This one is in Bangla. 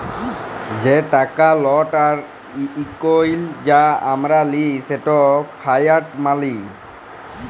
যে টাকা লট আর কইল যা আমরা লিই সেট ফিয়াট মালি